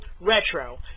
Retro